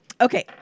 okay